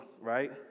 right